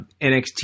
NXT